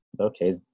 okay